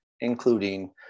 including